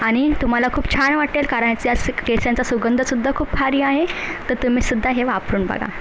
आणि तुम्हाला खूप छान वाटेल कारण याचा सु केसांचा सुगंधसुद्धा खूप भारी आहे तर तुम्हीसुद्धा हे वापरून बघा